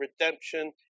redemption